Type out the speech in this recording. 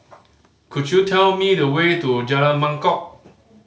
could you tell me the way to Jalan Mangkok